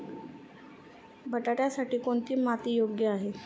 बटाट्यासाठी कोणती माती योग्य आहे?